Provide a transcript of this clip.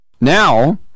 now